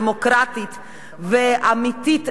דמוקרטית ואמיתית,